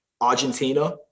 Argentina